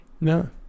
no